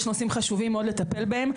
יש נושאים חשובים מאוד לטפל בהם,